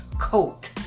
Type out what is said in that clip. coat